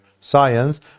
science